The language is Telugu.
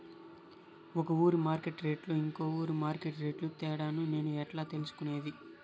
ఒక ఊరి మార్కెట్ రేట్లు ఇంకో ఊరి మార్కెట్ రేట్లు తేడాను నేను ఎట్లా తెలుసుకునేది?